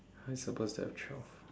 how we supposed to have twelve